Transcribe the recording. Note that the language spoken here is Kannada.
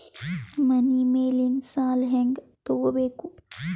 ಮನಿ ಮೇಲಿನ ಸಾಲ ಹ್ಯಾಂಗ್ ತಗೋಬೇಕು?